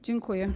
Dziękuję.